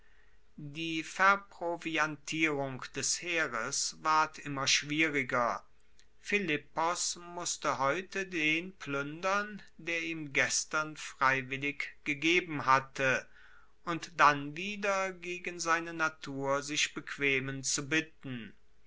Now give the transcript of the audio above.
die verproviantierung des heeres ward immer schwieriger philippos musste heute den pluendern der ihm gestern freiwillig gegeben hatte und dann wieder gegen seine natur sich bequemen zu bitten